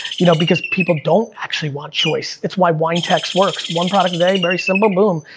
you know, because people don't actually want choice, it's why winetext works, one product a day, very simple, boom,